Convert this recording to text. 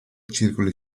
circoli